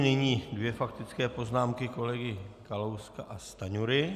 Nyní dvě faktické poznámky, kolegy Kalouska a Stanjury.